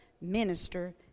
minister